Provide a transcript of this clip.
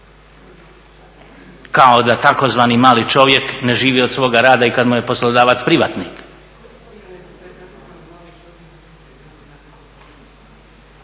kao da tzv. mali čovjek ne živi od svoga rada i kad mu je poslodavac privatnik.